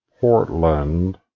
Portland